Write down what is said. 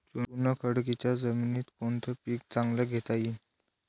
चुनखडीच्या जमीनीत कोनतं पीक चांगलं घेता येईन?